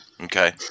Okay